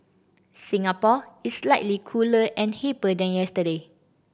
Singapore is slightly cooler and hipper than yesterday